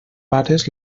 pares